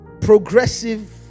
progressive